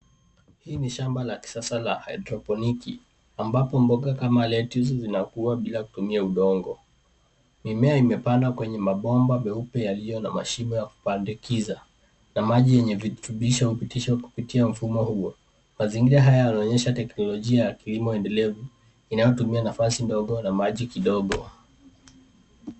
Hii ni shamba la kisasa la haidroponiki ambapo mboga kama lettuce zinakua bila kutumia udongo. Mimea imepandwa kwenye mabomba meupe yaliyo na mashimo ya kupandikiza na maji yenye virutubisho hupitishwa kupitia mfumo huo. Mazingira haya yanaonyesha teknolojia ya kilimo endelevu inayotumia nafasi ndogo na maji kidogo.